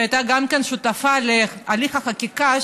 שגם היא הייתה שותפה להליך החקיקה,